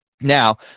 Now